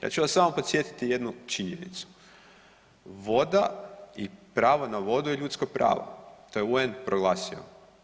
Ja ću vas samo podsjetiti jednu činjenicu, voda i pravo na vodu je ljudsko pravo, to je UN proglasio.